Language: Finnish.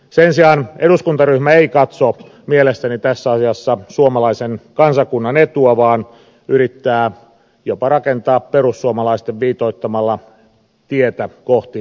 sen sijaan eduskuntaryhmä ei katso mielestäni tässä asiassa suomalaisen kansakunnan etua vaan yrittää jopa rakentaa perussuomalaisten viitoittamaa tietä kohti tulevaa kevättä